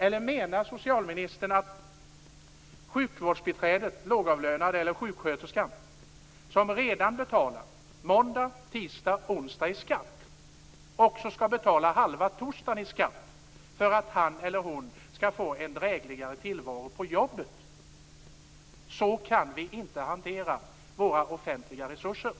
Eller menar socialministern att det lågavlönade sjukvårdsbiträdet eller den lågavlönade sjuksköterskan som redan betalar måndag, tisdag och onsdag i skatt också skall betala halva torsdagen i skatt för att han eller hon skall få en drägligare tillvaro på jobbet? Så kan vi inte hantera våra offentliga resurser.